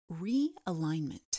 realignment